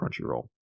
Crunchyroll